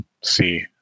see